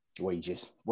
Wages